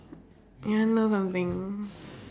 you want know something